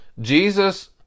Jesus